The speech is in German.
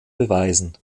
beweisen